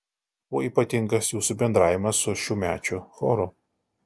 kuo ypatingas jūsų bendravimas su šiųmečiu choru